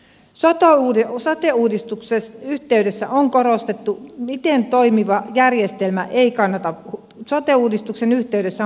sote uudistuksen yhteydessä on korostettu miten toimiva järjestelmä ei kannata säätää uudistuksen yhteydessä